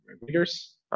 readers